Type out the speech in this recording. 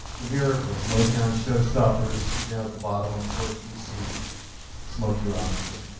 the miracles, motown's showstoppers, down at the bottom, of course, we see smokey robinson.